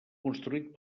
construït